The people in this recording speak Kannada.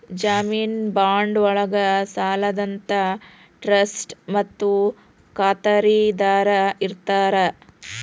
ಜಾಮೇನು ಬಾಂಡ್ ಒಳ್ಗ ಸಾಲದಾತ ಟ್ರಸ್ಟಿ ಮತ್ತ ಖಾತರಿದಾರ ಇರ್ತಾರ